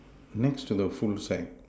next to the full sack